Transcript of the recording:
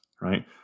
right